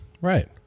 Right